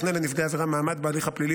מקנה לנפגעי עבירה מעמד בהליך הפלילי,